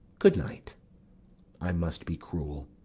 good-night i must be cruel,